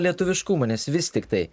lietuviškumu nes vis tiktai